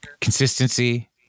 consistency